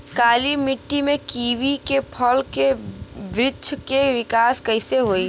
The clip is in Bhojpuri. काली मिट्टी में कीवी के फल के बृछ के विकास कइसे होई?